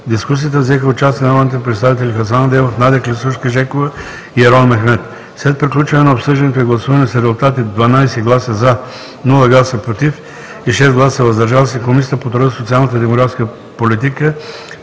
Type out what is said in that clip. дискусията взеха участие народните представители Хасан Адемов, Надя Клисурска-Жекова и Ерол Мехмед. След приключване на обсъждането и гласуване с резултати: 12 гласа „за“, без „против“ и 6 гласа „въздържал се“, Комисията по труда, социалната и демографската политика